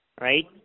right